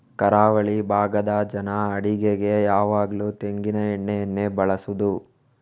ಕರಾವಳಿ ಭಾಗದ ಜನ ಅಡಿಗೆಗೆ ಯಾವಾಗ್ಲೂ ತೆಂಗಿನ ಎಣ್ಣೆಯನ್ನೇ ಬಳಸುದು